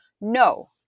no